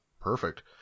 Perfect